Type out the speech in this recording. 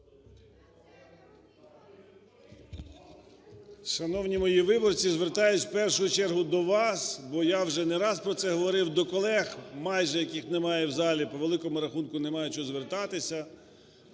Шановні мої виборці, звертаюсь в першу чергу до вас, бо я вже не раз вже про це говорив до колег, майже яких нема в залі, по великому рахунку немає чого звертатися.